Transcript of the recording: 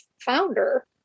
founder